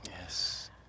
Yes